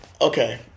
Okay